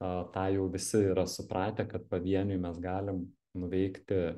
a tą jau visi yra supratę kad pavieniui mes galim nuveikti